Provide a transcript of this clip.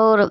और